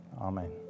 Amen